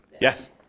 Yes